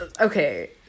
okay